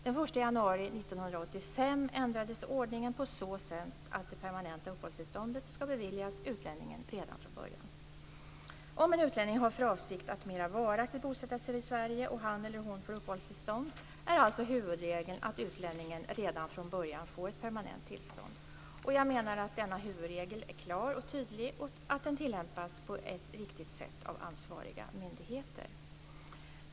Den 1 januari 1985 ändrades ordningen på så sätt, att det permanenta uppehållstillståndet ska beviljas utlänningen redan från början. Om en utlänning har för avsikt att mera varaktigt bosätta sig i Sverige och han eller hon får uppehållstillstånd, är alltså huvudregeln att utlänningen redan från början får ett permanent tillstånd. Jag menar att denna huvudregel är klar och tydlig och att den tillämpas på ett riktigt sätt av ansvariga myndigheter.